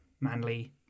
manly